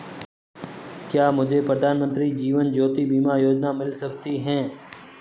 क्या मुझे प्रधानमंत्री जीवन ज्योति बीमा योजना मिल सकती है?